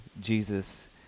jesus